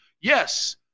Yes